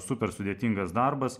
super sudėtingas darbas